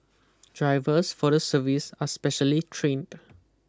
drivers for the service are specially trained